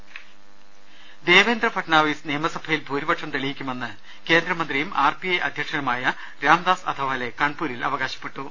്്്്്് ദേവേന്ദ്ര ഫഡ്നാവിസ് നിയമസഭയിൽ ഭൂരിപ്പക്ഷം തെളിയി ക്കുമെന്ന് കേന്ദ്രമന്ത്രിയും ആർ പി ഐ അധ്യക്ഷനുമായി രാംദാസ് അഥ വാലെ കാൺപൂരിൽ അവകാശപ്പെട്ടു